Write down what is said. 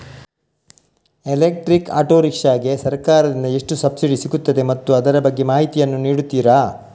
Electrical auto rickshaw ಗೆ ಸರ್ಕಾರ ದಿಂದ ಎಷ್ಟು ಸಬ್ಸಿಡಿ ಸಿಗುತ್ತದೆ ಮತ್ತು ಅದರ ಬಗ್ಗೆ ಮಾಹಿತಿ ಯನ್ನು ನೀಡುತೀರಾ?